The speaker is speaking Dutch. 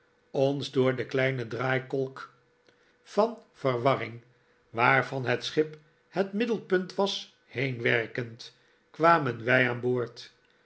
ons door de kleine draaikolk van verwarring waarvan het schip het middelpunt was heenwerkend kwamen wij aan boord